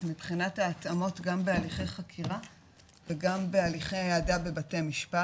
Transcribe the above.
מבחינת ההתאמות גם בהליכי חקירה וגם בהליכי העדה בבתי משפט,